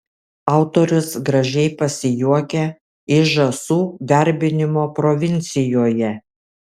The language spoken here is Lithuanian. autorius gražiai pasijuokia iš žąsų garbinimo provincijoje